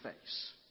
face